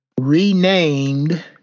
renamed